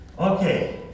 Okay